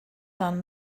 down